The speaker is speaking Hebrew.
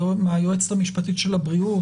מהיועצת המשפטית של הבריאות,